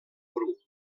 bru